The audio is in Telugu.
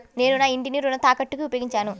నేను నా ఇంటిని రుణ తాకట్టుకి ఉపయోగించాను